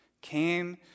came